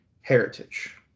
Heritage